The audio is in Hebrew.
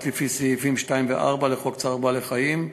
לפי סעיפים 2 ו-4 לחוק צער בעלי-חיים.